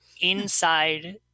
inside